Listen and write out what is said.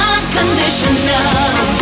Unconditional